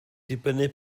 dibynnu